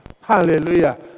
Hallelujah